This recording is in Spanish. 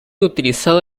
utilizado